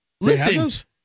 listen